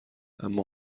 اما